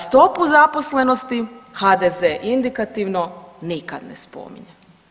Stopu zaposlenosti HDZ indikativno nikad ne spominje.